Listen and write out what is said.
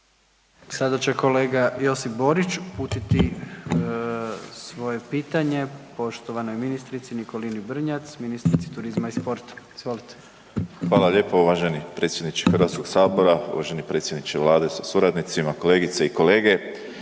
Sada će kolega Josip Borić uputiti svoje pitanje poštovanoj ministrici Nikolini Brnjac, ministrici turizma i sporta. Izvolite. **Borić, Josip (HDZ)** Hvala lijepo uvaženi predsjedniče HS-a. Uvaženi predsjedniče Vlade sa suradnicima, kolegice i kolege.